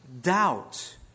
doubt